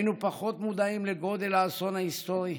היינו פחות מודעים לגודל האסון ההיסטורי.